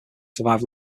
survive